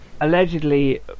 Allegedly